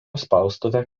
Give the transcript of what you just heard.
spaustuvė